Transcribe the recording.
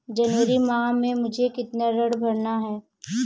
जनवरी माह में मुझे कितना ऋण भरना है?